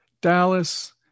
Dallas